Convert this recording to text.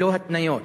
ללא התניות.